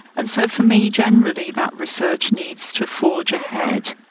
and so for me generally that research needs to forge ahead.